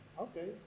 okay